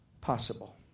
possible